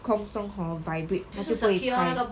空中 hor vibrate 他就不会开